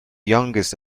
youngest